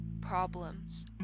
problems